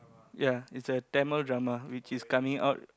ya it's a Tamil drama which is coming out